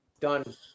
Done